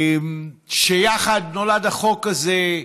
יחד נולד החוק הזה.